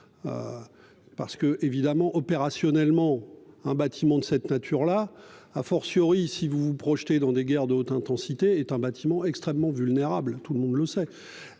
parce que évidemment opérationnellement, un bâtiment de cette nature-là. A fortiori si vous vous projetez dans des guerres de haute intensité est un bâtiment extrêmement vulnérables, tout le monde le sait.